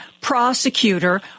prosecutor